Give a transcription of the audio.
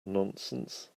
nonsense